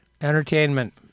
Entertainment